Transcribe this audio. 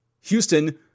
Houston